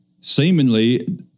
seemingly